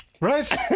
Right